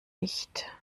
nicht